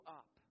up